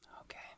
Okay